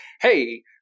hey